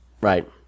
Right